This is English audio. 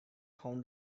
found